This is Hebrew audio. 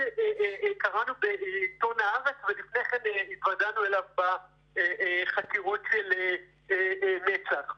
שקראנו בעיתון "הארץ" ולפני כן התוודענו אליו בחקירות של מצ"ח.